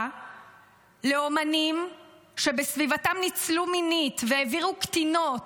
לאומנים שבסביבתם ניצלו מינית והעבירו קטינות